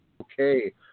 okay